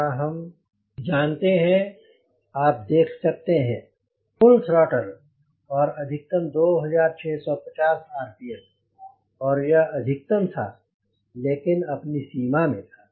यहाँ हम जाते हैं आप देख सकते हैं फुल थ्रोटल और अधिकतम 2650 आरपीएम और यह अधिकतम था लेकिन अपनी सीमा में था